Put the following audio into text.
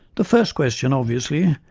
the first question, obviously,